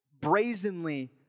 brazenly